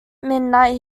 midnight